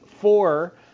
four